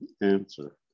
answer